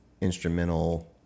instrumental